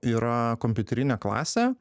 yra kompiuterinė klasė